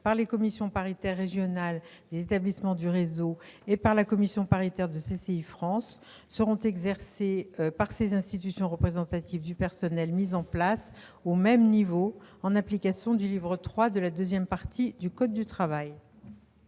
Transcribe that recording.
par les commissions paritaires régionales des établissements du réseau et par la commission paritaire de CCI France seront exercées par les institutions représentatives du personnel mises en place au même niveau, en application du livre III de la deuxième partie du code du travail.